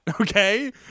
Okay